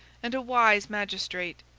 and a wise magistrate,